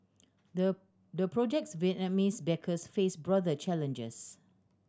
the the project's Vietnamese backers face broader challenges